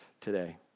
Today